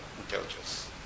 intelligence